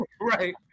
right